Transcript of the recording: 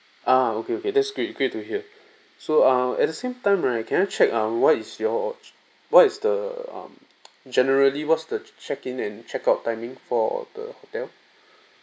uh okay okay that's good good to hear so uh at the same time right can I check ah what is your what is the um generally what's the check in and checkout timing for the hotel